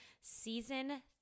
season